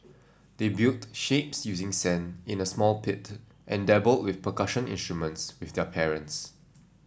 they built shapes using sand in a small pit and dabbled with percussion instruments with their parents